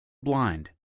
blind